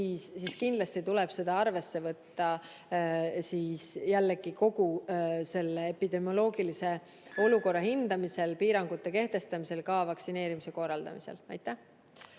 siis kindlasti tuleb seda arvesse võtta jällegi kogu selle epidemioloogilise olukorra hindamisel, piirangute kehtestamisel ja ka vaktsineerimise korraldamisel.